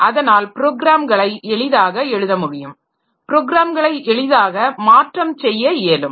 அதனால் ப்ரோக்ராம்களை எளிதாக எழுத முடியும் ப்ரோக்ராம்களை எளிதாக மாற்றம் செய்ய இயலும்